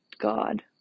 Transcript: God